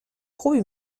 خوبی